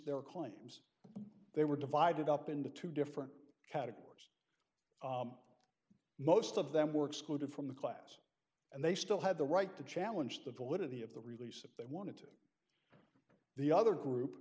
their claims they were divided up into two different categories most of them were excluded from the class and they still have the right to challenge the validity of the release of they wanted to the other group